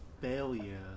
failure